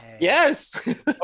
yes